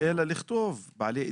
אלא לכתוב בעלי אתגרים,